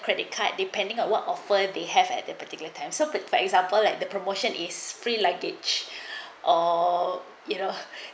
credit card depending on what offer they have at that particular time so that for example like the promotion is free luggage or you know